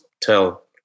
tell